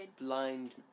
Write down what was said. Blind